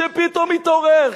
שפתאום התעורר,